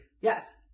yes